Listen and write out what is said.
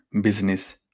business